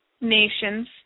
nations